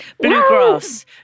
Bluegrass